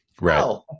Right